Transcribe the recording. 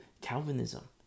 Calvinism